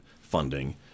funding